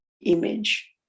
image